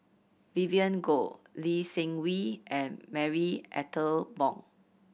Vivien Goh Lee Seng Wee and Marie Ethel Bong